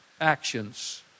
actions